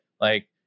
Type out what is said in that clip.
like-